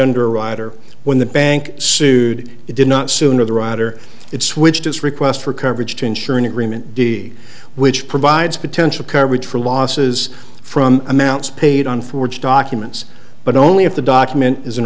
under a rider when the bank sued did not sooner the rotter it switched its request for coverage to insure an agreement d which provides potential coverage for losses from amounts paid on forged documents but only if the document is an